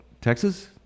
Texas